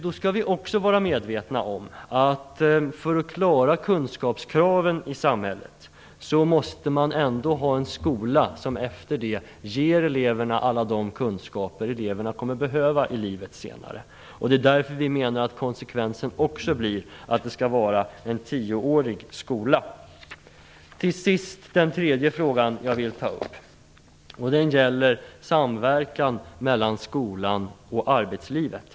Vi skall också vara medvetna om att det, för att eleverna skall klara kunskapskraven i samhället, måste finnas en skola som ger eleverna alla de kunskaper som de kommer att behöva senare i livet. Därför menar vi att det skall vara en tioårig grundskola. Den tredje och sista frågan som jag vill ta upp gäller en samverkan mellan skolan och arbetslivet.